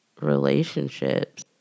relationships